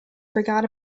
forgot